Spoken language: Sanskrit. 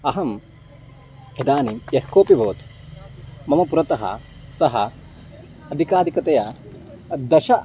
अहम् इदानीं यः कोऽपि भवतु मम पुरतः सः अधिकाधिकतया दश